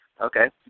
okay